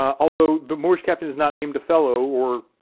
although the moorish captain is not named othello or,